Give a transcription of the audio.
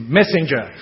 messenger